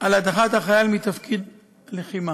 על הדחת החייל מתפקיד לחימה.